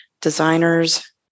designers